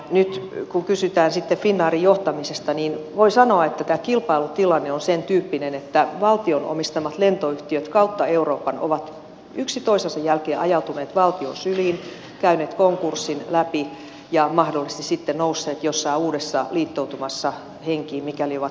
nyt kun kysytään finnairin johtamisesta voi sanoa että tämä kilpailutilanne on sentyyppinen että valtion omistamat lentoyhtiöt kautta euroopan ovat yksi toisensa jälkeen ajautuneet valtion syliin käyneet konkurssin läpi ja mahdollisesti sitten nousseet jossain uudessa liittoutumassa henkiin mikäli ovat nousseet